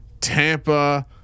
Tampa